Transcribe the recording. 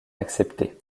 acceptée